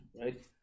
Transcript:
right